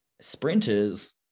sprinters